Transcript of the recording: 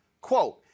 Quote